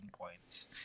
points